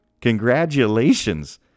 Congratulations